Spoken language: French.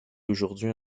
aujourd’hui